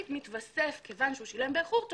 כיוון ששילם באיחור,